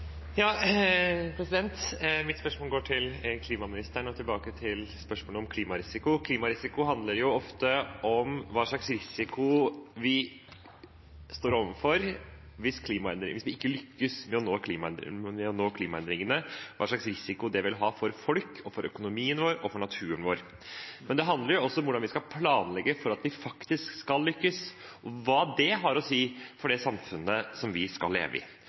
tilbake til spørsmålet om klimarisiko. Klimarisiko handler ofte om hvilken risiko vi står overfor hvis vi ikke lykkes med å nå klimamålene, hvilken risiko det vil være for folk, for økonomien vår og for naturen vår. Men det handler også om hvordan vi skal planlegge for at vi faktisk skal lykkes, og hva det har å si for det samfunnet vi skal leve i.